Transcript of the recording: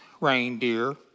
reindeer